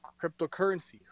cryptocurrency